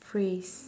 phrase